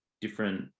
different